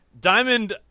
Diamond